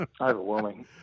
Overwhelming